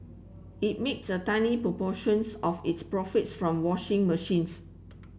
it makes a tiny proportions of its profits from washing machines